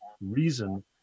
reason